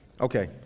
Okay